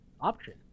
option